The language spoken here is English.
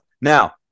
Now